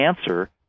answer